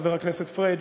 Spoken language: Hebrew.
חבר הכנסת פריג',